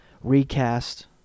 recast